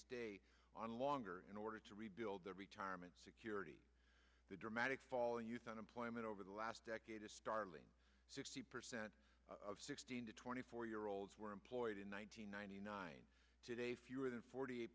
stay on longer in order to rebuild their retirement security the dramatic fall in youth unemployment over the last decade a startling sixty percent of sixteen to twenty four year olds were employed in one thousand nine hundred ninety today fewer than forty